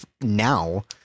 now